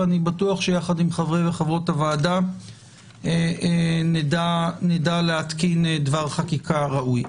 ואני בטוח שיחד עם חברי וחברות הוועדה נדע להתקין דבר חקיקה ראוי.